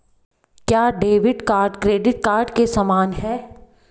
क्या debit card credit card के समान है?